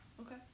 Okay